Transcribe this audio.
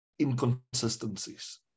inconsistencies